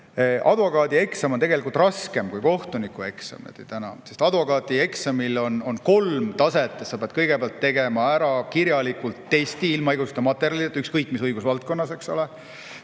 Advokaadieksam on tegelikult raskem kui kohtunikueksam. Advokaadieksamil on kolm taset. Sa pead kõigepealt tegema ära kirjalikult testi ilma õigusmaterjalideta ja ükskõik mis õigusvaldkonnas.